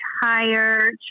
higher